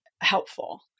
helpful